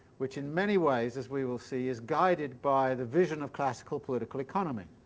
which in many ways, as we will see, is guided by the vision of classical political economy.